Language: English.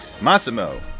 Massimo